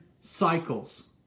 cycles